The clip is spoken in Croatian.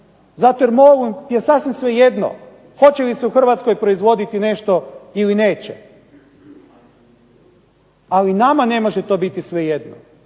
Zato je MOL-u sasvim svejedno hoće li se u Hrvatskoj proizvoditi nešto ili neće. Ali nama ne može to biti svejedno.